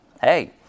hey